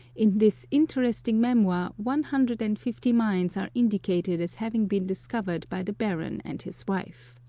in this interesting memoir one hundred and fifty mines are indicated as having been discovered by the baron and his wife.